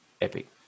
Epic